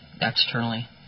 externally